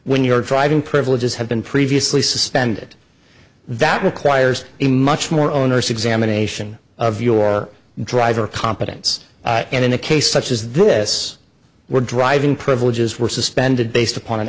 when you're driving privileges have been previously suspended that requires a much more onerous examination of your driver competence and in a case such as this were driving privileges were suspended based upon an